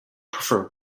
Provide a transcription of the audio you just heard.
prefer